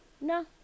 No